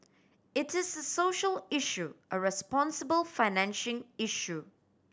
it is a social issue a responsible financing issue